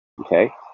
Okay